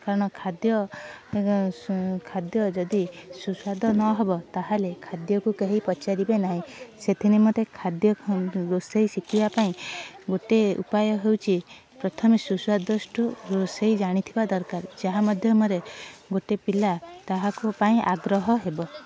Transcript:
କାରଣ ଖାଦ୍ୟ ଖାଦ୍ୟ ଯଦି ସୁସ୍ଵାଦ ନ ହେବ ତାହେଲେ ଖାଦ୍ୟକୁ କେହି ପଚାରିବେ ନାହିଁ ସେଥି ନିମନ୍ତେ ଖାଦ୍ୟ ରୋଷେଇ ଶିଖିବା ପାଇଁ ଗୋଟେ ଉପାୟ ହେଉଛି ପ୍ରଥମେ ସୁସ୍ଵାଦଷ୍ଟୁ ରୋଷେଇ ଜାଣିଥିବା ଦରକାର ଯାହା ମାଧ୍ୟମରେ ଗୋଟେ ପିଲା ତାହାକୁ ପାଇଁ ଆଗ୍ରହ ହେବ